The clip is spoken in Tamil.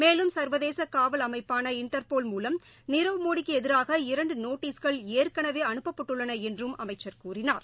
மேலும் சர்வதேசகாவல் அமைப்பான இண்டர்போல் மூலம் நீரவ்மோடிக்குஎதிராக இரண்டுநோட்டீஸ்கள் ஏற்கனவேஅனுப்பப்பட்டுள்ளஎன்றும் அமைச்சர் கூறினார்